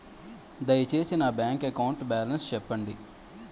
దయచేసి నా bank account balance చెప్పండి